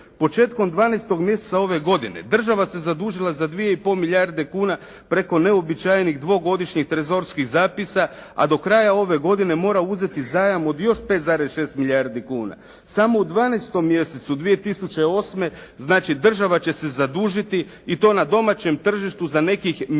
Početkom 12. mjeseca ove godine država se zadužila za 2,5 milijarde kuna preko neuobičajenih dvogodišnjih trezorskih zapisa a do kraja ove godine mora uzeti zajam od još 5,6 milijardi kuna. Samo u 12. mjesecu 2008. znači država će se zadužiti i to na domaćem tržištu za nekih milijardu